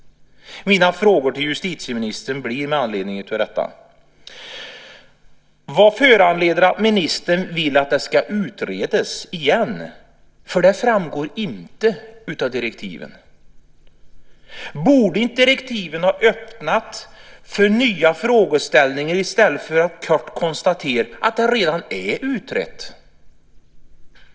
Mina frågor till justitieministern blir med anledning av detta: Vad föranleder att ministern vill att det ska utredas igen? Det framgår inte av direktiven. Borde inte direktiven ha öppnat för nya frågeställningar, i stället för att man kort konstaterar att det redan är utrett?